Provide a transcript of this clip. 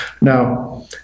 Now